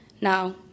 now